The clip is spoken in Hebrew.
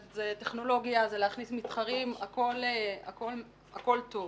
זאת טכנולוגיה, זה להכניס מתחרים, הכול טוב.